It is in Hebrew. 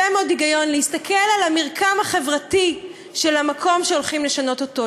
מאוד הגיוני להסתכל על המרקם החברתי של המקום שהולכים לשנות אותו,